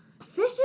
fish